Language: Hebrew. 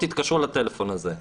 תתקשרו לטלפון הזה.